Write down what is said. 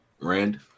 Rand